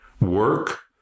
work